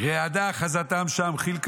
רעדה אחזתם שם חיל כיולדה.